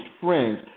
friends